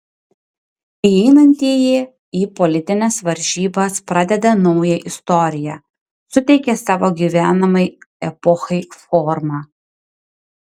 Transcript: įeinantieji į politines varžybas pradeda naują istoriją suteikia savo gyvenamai epochai formą